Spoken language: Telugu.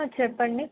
చెప్పండి